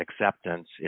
acceptance